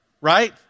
right